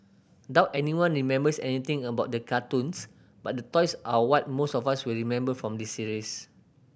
doubt anyone remembers anything about the cartoons but the toys are what most of us will remember from this series